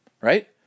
right